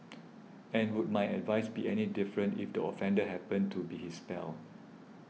and would my advice be any different if the offender happened to be his pal